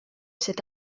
cet